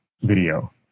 video